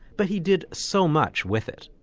but he did so much with it.